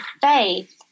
faith